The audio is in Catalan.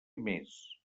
més